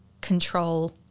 control